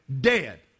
dead